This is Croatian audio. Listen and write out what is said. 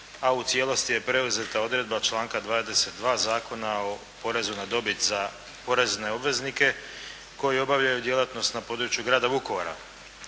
a u cijelosti je preuzeta odredba članka 22. Zakona o porezu na dobit za porezne obveznike koji obavljaju djelatnost na području grada Vukovara.